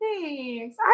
thanks